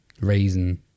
raisin